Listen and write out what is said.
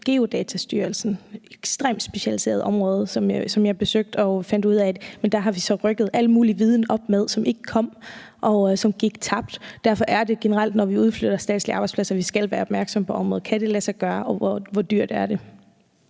et ekstremt specialiseret område, og dem besøgte jeg og fandt ud af, at man har rykket al mulig viden op, som ikke kom med og gik tabt. Derfor er det generelt sådan, at når vi udflytter statslige arbejdspladser, skal vi være opmærksomme på området: Kan det lade sig gøre, og hvor dyrt er det?